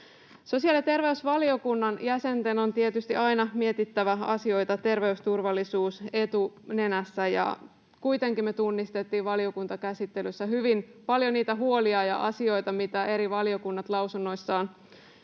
Sosiaali- ja terveysvaliokunnan jäsenten on tietysti aina mietittävä asioita terveysturvallisuus etunenässä, ja kuitenkin me tunnistettiin valiokuntakäsittelyssä hyvin paljon niitä huolia ja asioita, mitä eri valiokunnat lausunnoissaan